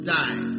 die